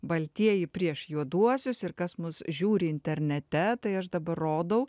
baltieji prieš juoduosius ir kas mus žiūri internete tai aš dabar rodau